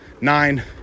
nine